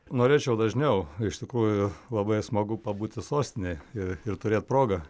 norėčiau dažniau iš tikrųjų labai smagu pabūti sostinėje ir ir turėti progą